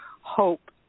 hope